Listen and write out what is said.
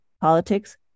Politics